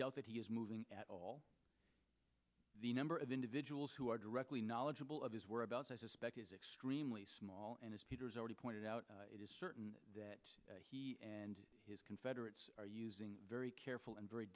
doubt that he is moving at all the number of individuals who are directly knowledgeable of his whereabouts i suspect is extremely small and as peter is already pointed out it is certain that he and his confederates are using very careful and very